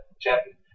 champion